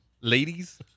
ladies